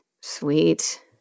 Sweet